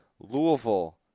Louisville